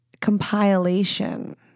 compilation